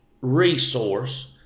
resource